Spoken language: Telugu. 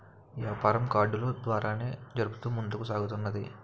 యాపారం కార్డులు ద్వారానే జరుగుతూ ముందుకు సాగుతున్నది